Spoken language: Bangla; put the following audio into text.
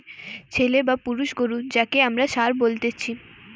ছেলে বা পুরুষ গরু যাঁকে আমরা ষাঁড় বলতেছি